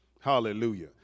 Hallelujah